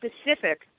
specific